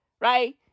Right